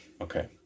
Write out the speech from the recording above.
Okay